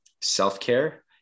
self-care